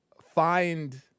find